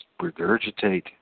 regurgitate